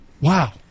Wow